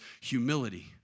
humility